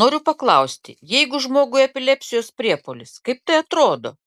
noriu paklausti jeigu žmogui epilepsijos priepuolis kaip tai atrodo